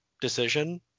decision